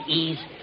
ease